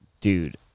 Dude